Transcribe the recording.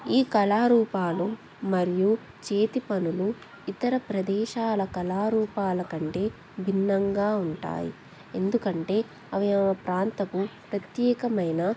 ఈ కళారూపాలు మరియు చేతి పనులు ఇతర ప్రదేశాల కళారూపాల కంటే భిన్నంగా ఉంటాయి ఎందుకంటే అవి ఆ ప్రాంతకు ప్రత్యేకమైన